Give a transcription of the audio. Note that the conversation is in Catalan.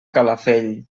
calafell